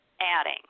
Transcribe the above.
adding